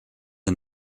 and